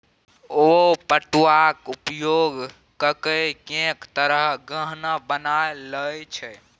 ओ पटुआक उपयोग ककए कैक तरहक गहना बना लए छै